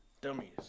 dummies